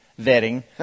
vetting